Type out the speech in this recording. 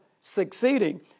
succeeding